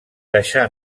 deixà